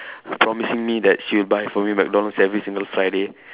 promising me that she will buy McDonald's for me every single Friday